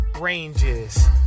ranges